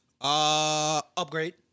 Upgrade